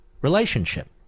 relationship